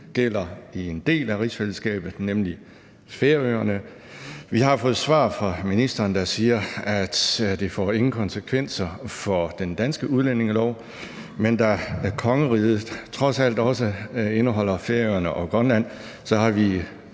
gælder i en del af rigsfællesskabet, nemlig Færøerne. Vi har fået svar fra ministeren, der siger, at det ikke får nogen konsekvenser for den danske udlændingelov, men da kongeriget trods alt også indeholder Færøerne og Grønland har vi